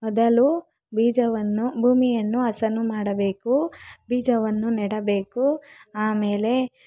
ಮೊದಲು ಬೀಜವನ್ನು ಭೂಮಿಯನ್ನು ಹಸನು ಮಾಡಬೇಕು ಬೀಜವನ್ನು ನೆಡಬೇಕು ಆಮೇಲೆ